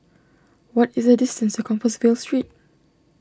what is the distance to Compassvale Street